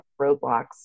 roadblocks